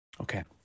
Okay